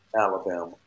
Alabama